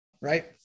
Right